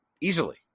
easily